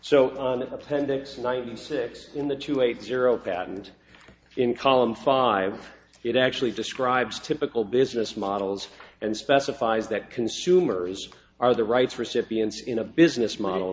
that appendix ninety six in the two eight zero patent in column five it actually describes typical business models and specifies that consumers are the rights recipients in a business model